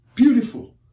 Beautiful